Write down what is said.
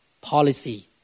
policy